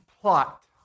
plot